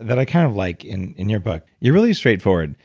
that i kind of like in in your book. you're really straightforward.